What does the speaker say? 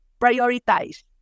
prioritize